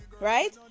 right